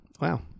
wow